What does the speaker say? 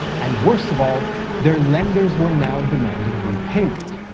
and worst of all their lenders were now demanding repayment.